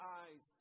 eyes